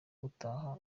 gutaha